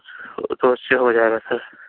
تو اُس سے ہو جائے گا سر